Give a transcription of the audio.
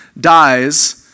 dies